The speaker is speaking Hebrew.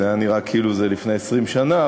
זה נראה כאילו זה היה לפני 20 שנה,